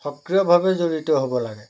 সক্ৰিয়ভাৱে জড়িত হ'ব লাগে